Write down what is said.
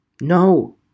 no